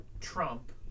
Trump